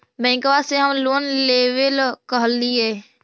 बैंकवा से हम लोन लेवेल कहलिऐ?